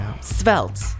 Svelte